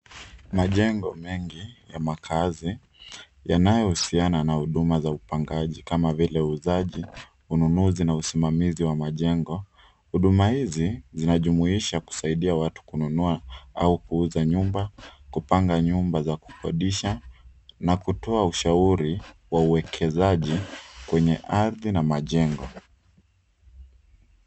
Majengo mengi ya makazi yanayohusiana na huduma za upangaji kama vile uuzaji, ununuzi na usimamizi wa majengo. Huduma hizi zinajumuisha kusaidia watu kununua au kuuza nyumba, kupanga nyumba za kukodisha na kutoa ushauri wa uwekezaji kwenye ardhi na majengo.